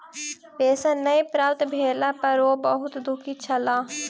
pension नै प्राप्त भेला पर ओ बहुत दुःखी छला